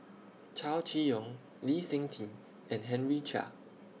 Chow Chee Yong Lee Seng Tee and Henry Chia